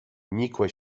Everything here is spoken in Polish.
nikłe